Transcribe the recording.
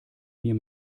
mir